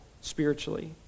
spiritually